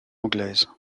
anglaise